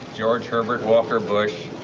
george herbert walker bush,